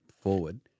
forward